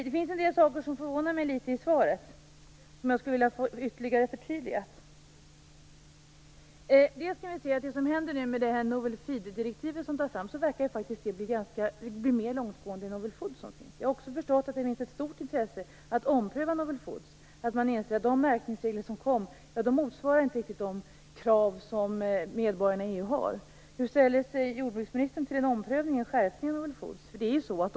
Det finns en del saker i svaret som förvånar mig litet och som jag skulle vilja få förtydligat ytterligare. Det novel feed-direktiv som nu tas fram verkar faktiskt bli mer långtgående än novel food. Jag har också förstått att det finns ett stort intresse för att ompröva novel food, för att man inser att de märkningsregler som kom inte motsvarar de krav som medborgarna i EU har. Hur ställer sig jordbruksministern till en omprövning och skärpning av novel food?